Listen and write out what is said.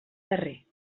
darrer